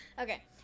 Okay